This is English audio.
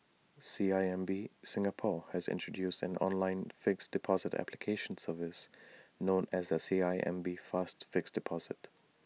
C I M B Singapore has introduced an online fixed deposit application service known as the C I M B fast fixed deposit